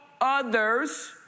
others